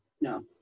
No